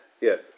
Yes